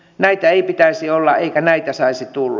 näitä ei pitäisi olla eikä näitä saisi tulla